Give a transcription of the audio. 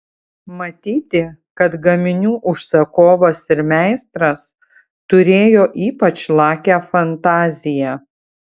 matyti kad gaminių užsakovas ir meistras turėjo ypač lakią fantaziją